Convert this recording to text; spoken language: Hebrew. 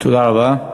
תודה רבה.